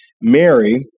Mary